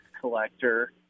collector